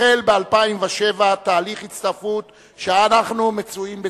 החל ב-2007 תהליך הצטרפות שאנחנו נמצאים בשיאו.